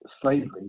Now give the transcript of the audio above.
slavery